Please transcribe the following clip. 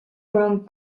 brown